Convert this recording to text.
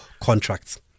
contracts